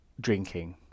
drinking